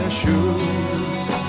shoes